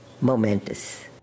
momentous